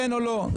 כן או לא.